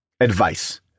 advice